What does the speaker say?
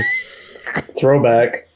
Throwback